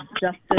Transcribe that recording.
justice